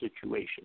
situation